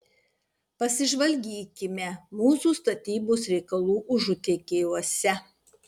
pasižvalgykime mūsų statybos reikalų užutėkiuose